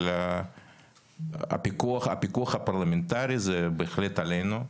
אבל הפיקוח הפרלמנטרי זה בהחלט עלינו.